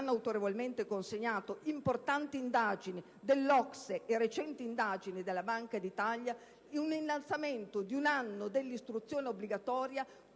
autorevolmente mostrato importanti indagini dell'OCSE e recenti studi della Banca d'Italia, un innalzamento di un anno dell'istruzione obbligatoria